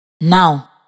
Now